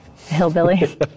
Hillbilly